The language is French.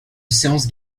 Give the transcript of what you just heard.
séances